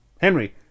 Henry